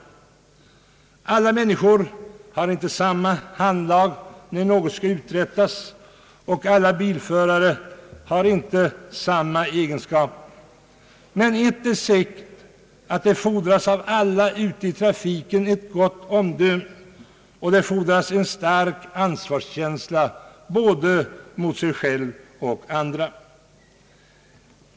Alla människor har inte samma handlag när något skall uträttas, och alla bilförare har inte samma köregenskaper. Men ett är säkert, nämligen att det av alla ute i trafiken fordras ett gott omdöme och en stark ansvarskänsla både mot sig själv och mot andra.